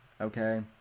Okay